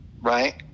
right